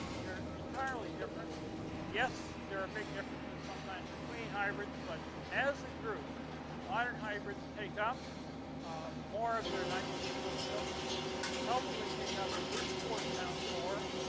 they're entirely different yes, there are big differences sometimes between hybrids, but as a group modern hybrids take up more of their nitrogen post silking they probably take up at least forty pounds more